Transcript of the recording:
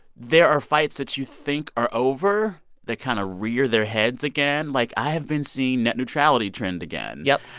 there are fights that you think are over that kind of rear their heads again. like, i have been see net neutrality trend again. yep.